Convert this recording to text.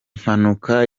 mpanuka